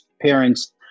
parents